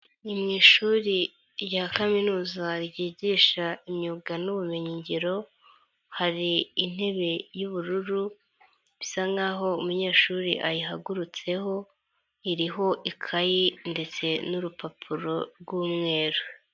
Ni mu ishuri rya kaminuza ryigisha imyuga n'ubumenyingiro, hari intebe y'ubururu bisa nkaho umunyeshuri ayihagurutseho, iriho ikayi ndetse n'urupapuro rw'umweru.